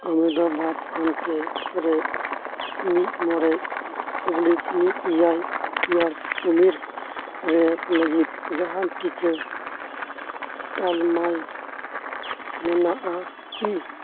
ᱟᱢᱫᱟᱵᱟᱫᱽ ᱦᱚᱱᱛᱚ ᱨᱮ ᱢᱤᱫ ᱢᱚᱬᱮ ᱚᱵᱽᱞᱤᱠ ᱢᱤᱫ ᱮᱭᱟᱭ ᱮᱭᱟᱨᱥ ᱩᱢᱮᱨ ᱨᱮ ᱞᱟᱹᱜᱤᱫ ᱡᱟᱦᱟᱱ ᱴᱤᱠᱟᱹ ᱛᱟᱞᱢᱟᱭ ᱢᱮᱱᱟᱜᱼᱟ ᱠᱤ